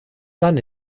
son